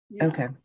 Okay